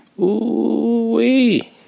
Ooh-wee